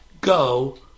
go